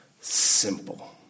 simple